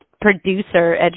producer